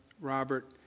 Robert